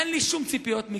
אין לי שום ציפיות מכם,